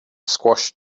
squashed